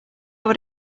what